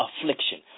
affliction